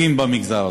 משהו.